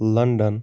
London